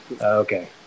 Okay